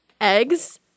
eggs